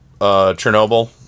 Chernobyl